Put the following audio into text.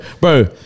Bro